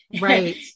Right